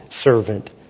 servant